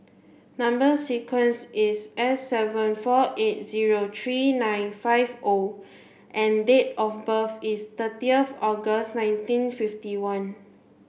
number sequence is S seven four eight zero three nine five O and date of birth is thirtieth August nineteen fifty one